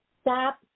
stop